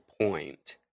point